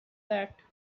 that